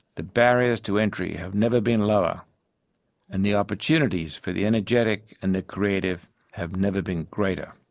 the barriers to entry have never been lower and the opportunities for the energetic and the creative have never been greater.